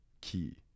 key